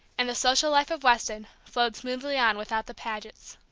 and the social life of weston flowed smoothly on without the pagets.